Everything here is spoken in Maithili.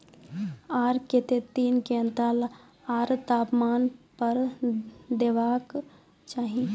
आर केते दिन के अन्तराल आर तापमान पर देबाक चाही?